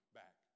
back